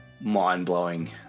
mind-blowing